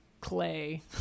clay